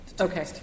Okay